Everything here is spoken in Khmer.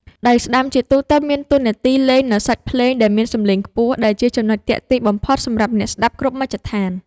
ដៃស្តាំជាទូទៅមានតួនាទីលេងនូវសាច់ភ្លេងដែលមានសម្លេងខ្ពស់ ដែលជាចំណុចទាក់ទាញបំផុតសម្រាប់អ្នកស្ដាប់គ្រប់មជ្ឈដ្ឋាន។